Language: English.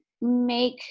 make